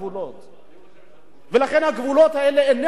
ולכן הגבולות האלה אינם ברורים עד עכשיו,